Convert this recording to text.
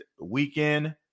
weekend